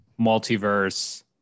multiverse